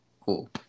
Cool